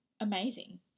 amazing